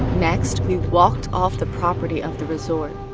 next we walked off the property of the resort.